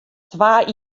twa